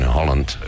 Holland